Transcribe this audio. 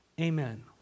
Amen